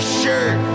shirt